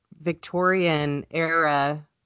Victorian-era